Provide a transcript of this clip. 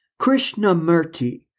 Krishnamurti